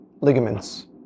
ligaments